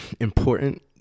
important